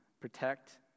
protect